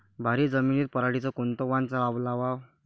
भारी जमिनीत पराटीचं कोनचं वान लावाव?